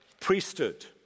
priesthood